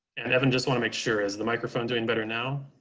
and evan, just want to make sure as the microphones doing better now?